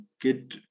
get